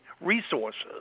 resources